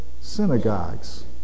synagogues